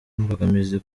imbogamizi